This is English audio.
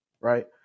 Right